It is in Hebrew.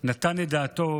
נתן את דעתו,